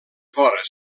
vores